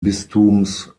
bistums